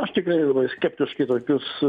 aš tikrai labai skeptiškai į tokius